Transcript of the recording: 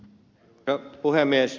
arvoisa puhemies